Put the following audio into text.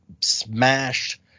smashed